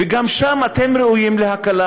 וגם אתם ראויים להקלה,